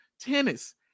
tennis